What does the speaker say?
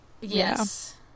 Yes